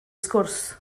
sgwrs